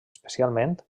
especialment